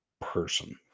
person